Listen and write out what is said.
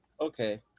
Okay